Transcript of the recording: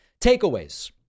Takeaways